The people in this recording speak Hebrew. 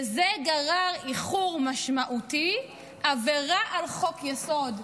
וזה גרר איחור משמעותי, עבירה על חוק-יסוד: